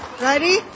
ready